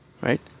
Right